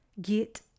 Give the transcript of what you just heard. Get